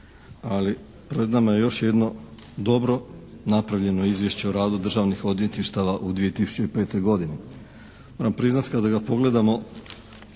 ali pred nama je još jedno dobro napravljeno Izvješće o radu državnih odvjetništava u 2005. godini. Moram priznati kada ga pogledamo